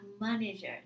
manager